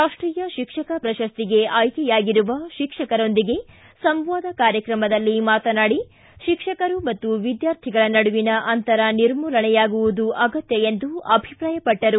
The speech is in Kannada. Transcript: ರಾಷ್ಟೀಯ ಶಿಕ್ಷಕ ಪ್ರಶಸ್ತಿಗೆ ಆಯ್ಕೆಯಾಗಿರುವ ಶಿಕ್ಷಕರೊಂದಿಗೆ ಸಂವಾದ ಕಾರ್ಯಕ್ರಮದಲ್ಲಿ ಮಾತನಾಡಿ ಶಿಕ್ಷಕರು ಮತ್ತು ವಿದ್ಯಾರ್ಥಿಗಳ ನಡುವಿನ ಅಂತರ ನಿರ್ಮೂಲನೆಯಾಗುವುದು ಅಗತ್ತ ಎಂದು ಅಭಿಪ್ರಾಯಪಟ್ಟರು